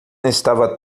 estava